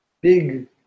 big